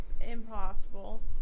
impossible